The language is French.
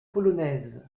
polonaise